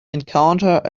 encounter